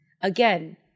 Again